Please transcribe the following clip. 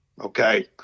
okay